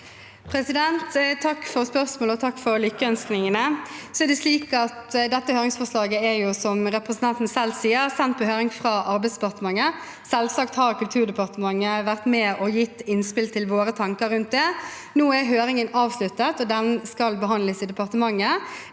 Takk for spørsmålet, og takk for lykkeønskningene. Dette høringsforslaget er, som representanten selv sier, sendt på høring fra Arbeidsdepartementet. Selvsagt har Kulturdepartementet vært med og gitt innspill til våre tanker rundt det. Nå er høringen avsluttet, og den skal behandles i departementet,